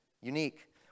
unique